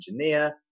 engineer